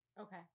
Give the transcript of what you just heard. Okay